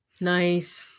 Nice